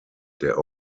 der